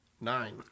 Nine